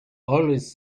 always